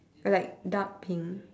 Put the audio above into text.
like dark pink